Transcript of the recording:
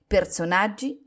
Personaggi